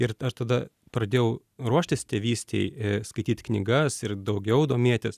ir aš tada pradėjau ruoštis tėvystei skaityt knygas ir daugiau domėtis